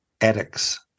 addicts